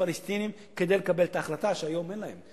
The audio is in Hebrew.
לפלסטינים כדי לקבל את ההחלטה שהיום אין להם,